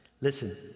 Listen